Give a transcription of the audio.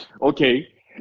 Okay